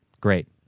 Great